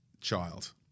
child